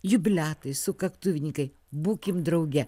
jubiliatai sukaktuvininkai būkim drauge